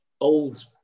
old